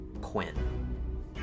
Quinn